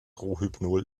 rohypnol